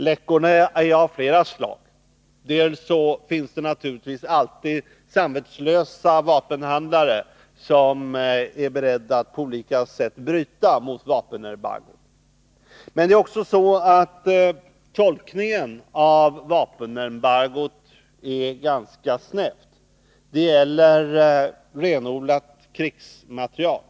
Läckorna är av flera slag. Dels finns det naturligtvis alltid samvetslösa vapenhandlare, som är beredda att på olika sätt bryta mot vapenembargot. Men dels är det också så att tolkningen av vapenembargot är ganska snäv. Det gäller renodlat krigsmateriel.